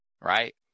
right